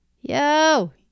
Yo